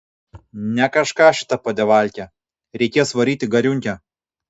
ne kažką šita padevalkė reikės varyt į gariūnkę